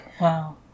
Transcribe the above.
wow